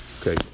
Okay